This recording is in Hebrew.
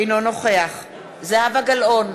אינו נוכח זהבה גלאון,